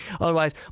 Otherwise